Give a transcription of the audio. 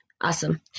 Awesome